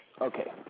okay